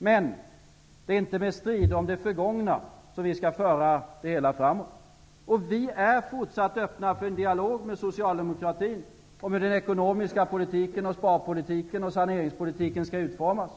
Men det är inte med strid om det förgångna som vi skall föra det hela framåt. Vi är fortsatt öppna för en dialog med socialdemokratin om hur den ekonomiska politiken, sparpolitiken och saneringspolitiken skall utformas.